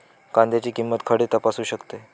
कांद्याची किंमत मी खडे तपासू शकतय?